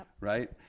right